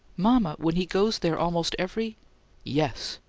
mama! when he goes there almost every yes,